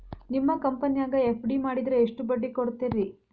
ನಿಮ್ಮ ಕಂಪನ್ಯಾಗ ಎಫ್.ಡಿ ಮಾಡಿದ್ರ ಎಷ್ಟು ಬಡ್ಡಿ ಕೊಡ್ತೇರಿ?